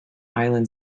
island